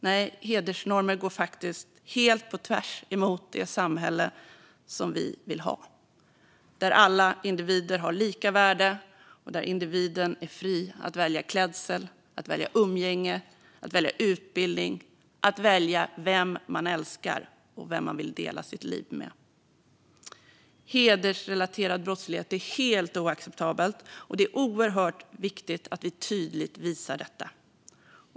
Nej, hedersnormer går faktiskt helt på tvärs mot det samhälle som vi vill ha, där alla individer har lika värde och där individen är fri att välja klädsel, välja umgänge, välja utbildning och välja vem man älskar och vill dela sitt liv med. Hedersrelaterad brottslighet är helt oacceptabelt, och det är oerhört viktigt att vi tydligt visar detta.